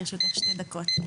לרשותך שתי דקות.